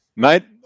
Mate